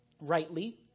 rightly